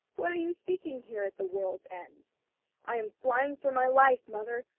what are you seeking here at the world's end i am flying for my life, mother,